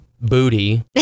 booty